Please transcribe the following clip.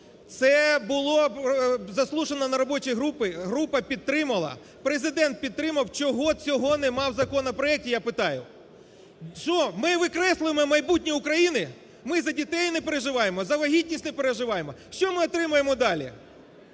Це було заслухано на робочій групі, група підтримала, Президент підтримав – чого цього нема в законопроекті, я питаю. Що, ми викреслюємо майбутнє України, ми за дітей не переживаємо, за вагітність не переживаємо? Що ми отримуємо далі?